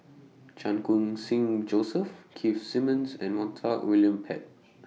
Chan Khun Sing Joseph Keith Simmons and Montague William Pett